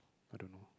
I don't know